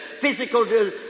physical